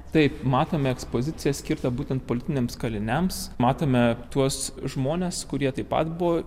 taip matome ekspoziciją skirtą būtent politiniams kaliniams matome tuos žmones kurie taip pat buvo